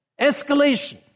Escalation